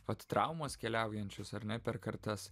vat traumos keliaujančios ar ne per kartas